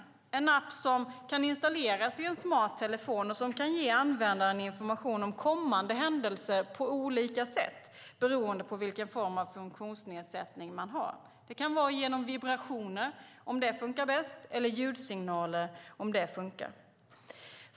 Det är en app som kan installeras i en smart telefon och ge användaren information om kommande händelser på olika sätt beroende på vilken form av funktionsnedsättning man har. Det kan vara genom vibrationer om det funkar bäst eller ljudsignaler om det funkar.